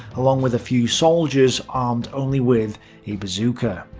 along with a few soldiers armed only with a bazooka.